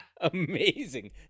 Amazing